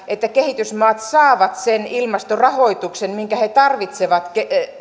että kehitysmaat saavat sen ilmastorahoituksen minkä he tarvitsevat